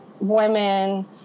women